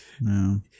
No